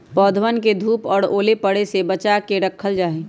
पौधवन के धूप और ओले पड़े से बचा के रखल जाहई